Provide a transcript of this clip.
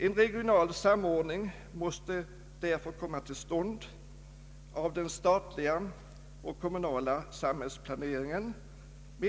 En regional samordning måste därför komma till stånd av den statliga och <skottsbetänkanden skulle uppskjutas till den kommunala samhällsplaneringen morgondagens sammanträde.